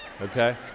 Okay